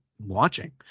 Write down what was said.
watching